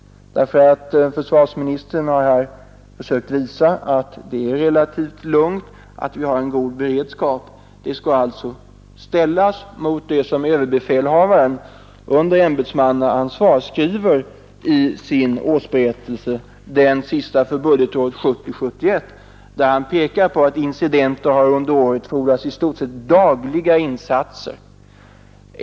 Herr försvarsministern har nämligen sökt visa att läget i vår omgivning är relativt lugnt och att vi har god beredskap. Detta skall ställas mot det som överbefälhavaren under ämbetsmannaansvar skriver i sin senaste årsberättelse, för budgetåret 1970/71, där han pekar på att incidenter under året fordrat i stort sett dagliga insatser.